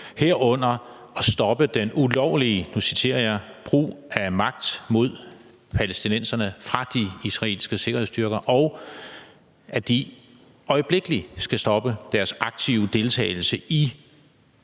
herunder at stoppe den ulovlige, og nu citerer jeg: brug af magt mod palæstinenserne fra de israelske sikkerhedsstyrker, og at de øjeblikkelig skal stoppe deres aktive deltagelse i